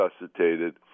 resuscitated